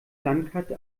landkarte